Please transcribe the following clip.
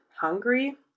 hungry